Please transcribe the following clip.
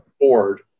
board